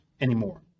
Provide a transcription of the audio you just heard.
anymore